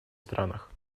странах